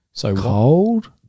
Cold